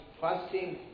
fasting